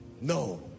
No